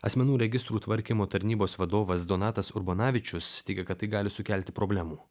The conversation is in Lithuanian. asmenų registrų tvarkymo tarnybos vadovas donatas urbonavičius teigia kad tai gali sukelti problemų